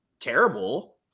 terrible